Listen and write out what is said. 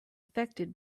affected